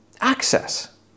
Access